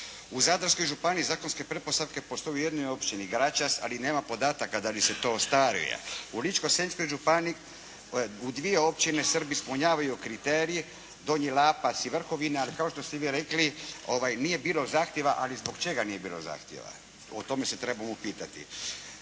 U Zadarskoj županiji zakonske pretpostavke postoje u jednoj općini Gračac, ali nema podataka da li se to ostvaruje. U Ličko-senjskoj županiji u dvije općine Srbi ispunjavaju kriterij, Donji Lapac i Vrhovnika. Kao što ste i vi rekli, nije bilo zahtjeva, ali zbog čega nije bilo zahtjeva? O tome se trebamo pitati.